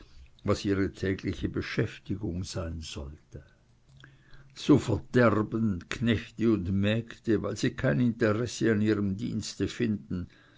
was ihre tägliche beschäftigung sein sollte so verderben knechte und mägde weil sie kein interesse in ihrem dienste finden